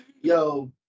Yo